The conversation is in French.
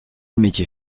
métier